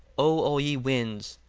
o all ye winds,